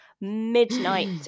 midnight